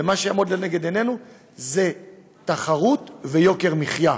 ומה שיעמוד לנגד עינינו זה תחרות ויוקר המחיה,